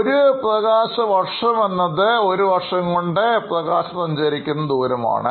ഒരു പ്രകാശവർഷം എന്നത് ഒരു വർഷം കൊണ്ട് പ്രകാശം സഞ്ചരിക്കുന്ന ദൂരമാണ്